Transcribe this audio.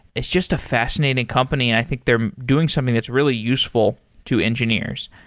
it's just a fascinating company and i think they're doing something that's really useful to engineers.